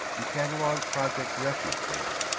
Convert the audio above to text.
and catalog projects refuge data.